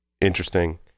interesting